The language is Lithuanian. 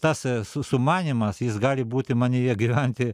tas su sumanymas jis gali būti manyje gyventi